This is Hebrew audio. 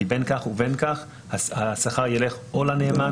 כי בין כך ובין כך השכר ילך או לנאמן,